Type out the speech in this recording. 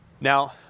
Now